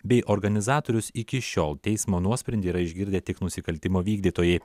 bei organizatorius iki šiol teismo nuosprendį yra išgirdę tik nusikaltimo vykdytojai